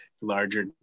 larger